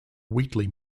wheatley